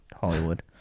Hollywood